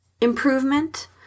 improvement